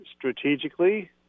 strategically